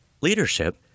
Leadership